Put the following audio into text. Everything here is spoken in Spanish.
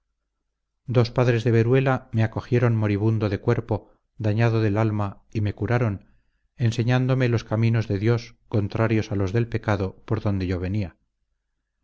dos padres de veruela me acogieron moribundo de cuerpo dañado del alma y me curaron enseñándome los caminos de dios contrarios a los del pecado por donde yo venía